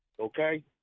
okay